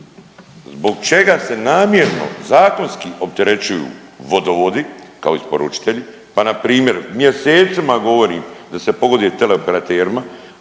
zbog čega se namjerno zakonski opterećuju vodovodi kao isporučitelji, pa na primjer mjesecima govorim da se pogoduje teleoperaterima,